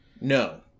No